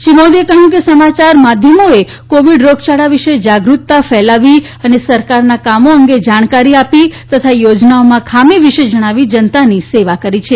શ્રી મોદીએ કહ્યું કે સમાચાર માધ્યમોએ કોવિડ રોગયાળા વિશે જાગૃતતા ફેલાવી અને સરકારનાં કામો અંગે જણકારી આપી તથા યોજનાઓમાં ખામી વિશે જણાવી જનતાની સેવા કરી છે